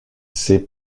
ses